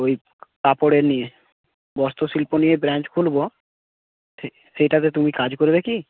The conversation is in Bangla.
ওই কাপড়ের নিয়ে বস্ত্র শিল্প নিয়ে ব্রাঞ্চ খুলব সেইটাতে তুমি কাজ করবে কি